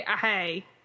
hey